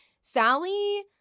Sally